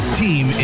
team